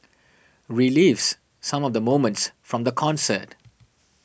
relives some of the moments from the concert